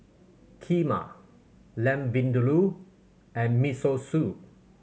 Kheema Lamb Vindaloo and Miso Soup